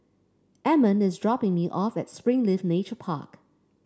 Amon is dropping me off at Springleaf Nature Park